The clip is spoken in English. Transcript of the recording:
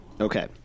Okay